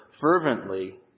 fervently